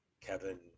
Kevin